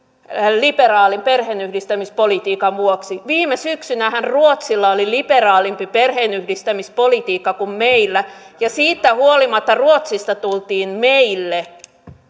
liberaalin perheenyhdistämispolitiikan vuoksi viime syksynähän ruotsilla oli liberaalimpi perheenyhdistämispolitiikka kuin meillä ja siitä huolimatta ruotsista tultiin meille